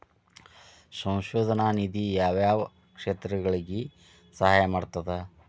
ಸಂಶೋಧನಾ ನಿಧಿ ಯಾವ್ಯಾವ ಕ್ಷೇತ್ರಗಳಿಗಿ ಸಹಾಯ ಮಾಡ್ತದ